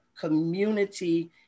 community